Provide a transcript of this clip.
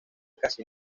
casi